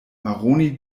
maroni